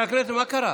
חברי הכנסת, מה קרה?